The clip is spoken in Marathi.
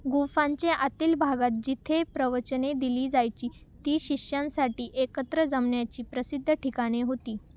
गुंफांच्या आतील भागात जिथे प्रवचने दिली जायची ती शिष्यांसाठी एकत्र जमण्याची प्रसिद्ध ठिकाणे होती